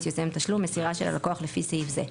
יוזם תשלום מסירה של הלקוח לפי סעיף זה,